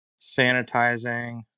sanitizing